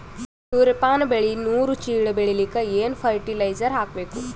ಸೂರ್ಯಪಾನ ಬೆಳಿ ನೂರು ಚೀಳ ಬೆಳೆಲಿಕ ಏನ ಫರಟಿಲೈಜರ ಹಾಕಬೇಕು?